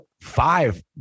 five